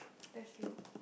that's you